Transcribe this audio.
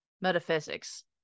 metaphysics